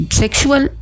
sexual